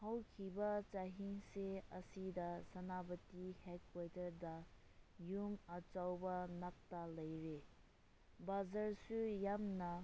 ꯍꯧꯈꯤꯕ ꯆꯍꯤꯁꯦ ꯑꯁꯤꯗ ꯁꯦꯅꯥꯄꯇꯤ ꯍꯦꯠ ꯀ꯭ꯋꯥꯇꯔꯗ ꯌꯨꯝ ꯑꯆꯧꯕ ꯉꯥꯛꯇ ꯂꯩꯔꯦ ꯕꯖꯥꯔꯁꯨ ꯌꯥꯝꯅ